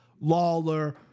Lawler